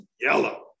yellow